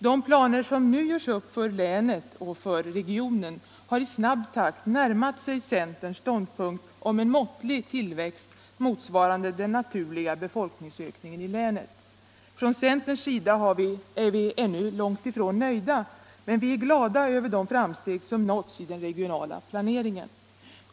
De planer som nu görs upp för länet och för regionen har i snabb takt närmat sig centerns ståndpunkt — en måttlig tillväxt motsvarande den naturliga befolkningsökningen i länet. Från centerns sida är vi ännu långt ifrån nöjda, men vi är glada över de framsteg som nåtts i den regionala planeringen.